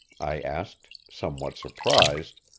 i asked, somewhat surprised,